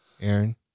Aaron